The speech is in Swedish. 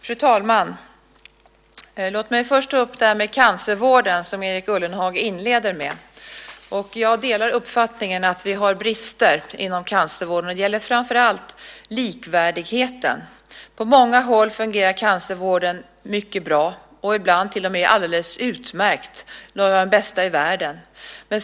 Fru talman! Låt mig först ta upp cancervården, som Erik Ullenhag inleder med. Jag delar uppfattningen att vi har brister inom cancervården. Det gäller framför allt likvärdigheten. På många håll fungerar cancervården mycket bra, ibland till och med alldeles utmärkt, en av de bästa i världen.